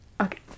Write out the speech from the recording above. okay